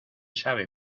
sabe